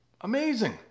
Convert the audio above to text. Amazing